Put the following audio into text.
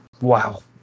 Wow